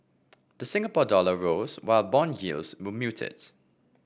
the Singapore dollar rose while bond yields were muted